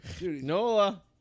Nola